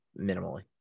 minimally